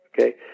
Okay